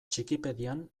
txikipedian